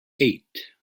eight